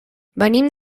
venim